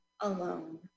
alone